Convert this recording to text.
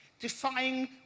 Defying